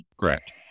Correct